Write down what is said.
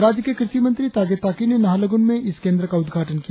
राज्य के कृषि मंत्री तागे ताकी ने नाहरलगुन में इस केंद्र का उद्घाटन किया